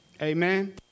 Amen